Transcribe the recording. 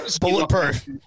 Bulletproof